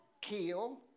kill